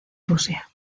rusia